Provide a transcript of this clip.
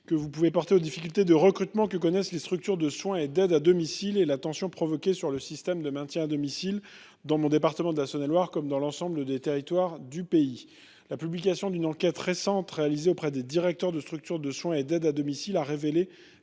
votre attention sur les difficultés de recrutement que connaissent les structures de soins et d’aide à domicile et sur les tensions qu’elles provoquent sur le système de maintien à domicile, dans mon département, la Saône et Loire, comme dans l’ensemble des territoires du pays. La publication d’une enquête récente réalisée auprès des directeurs de structures de soins et d’aide à domicile a révélé